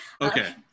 okay